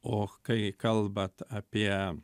o kai kalbat apie